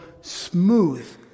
smooth